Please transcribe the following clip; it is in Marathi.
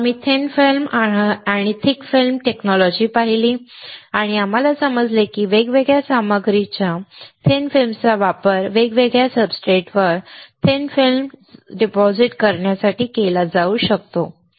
मग आम्ही थिन फिल्म तंत्रज्ञान आणि थिक फिल्म तंत्रज्ञान पाहिले आणि आम्हाला समजले की वेगवेगळ्या सामग्रीच्या थिन फिल्म्सचा वापर वेगवेगळ्या सब्सट्रेटवर थिन फिल्म जमा करण्यासाठी केला जाऊ शकतो